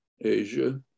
Asia